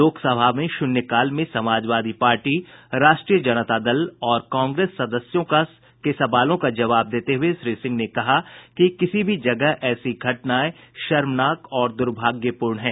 लोकसभा में शून्यकाल में समाजवादी पार्टी राष्ट्रीय जनता दल और कांग्रेस सदस्यों के सवालों का जवाब देते हुए श्री सिंह ने कहा कि किसी भी जगह ऐसी घटनाएं शर्मनाक और दुर्भाग्यपूर्ण हैं